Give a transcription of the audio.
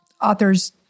authors